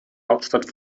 hauptstadt